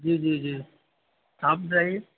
جی جی جی آپ بتائیے